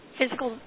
physical